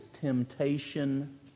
temptation